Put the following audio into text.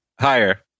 higher